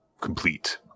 complete